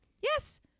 Yes